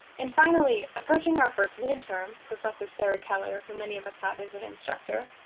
and finally, approaching our first midterm, professor sarah keller, who many of us had as an instructor,